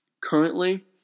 Currently